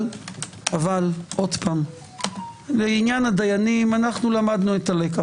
אב שוב, לעניין הדיינים למדנו את הלקח.